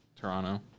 Toronto